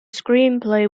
screenplay